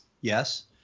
Yes